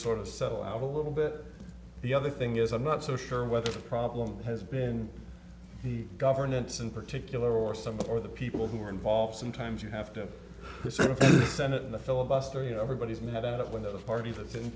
sort of settle out a little bit the other thing is i'm not so sure whether the problem has been the governance in particular or something or the people who are involved sometimes you have to send it in a filibuster you know everybody's mad at it when the party that's in